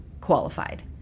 qualified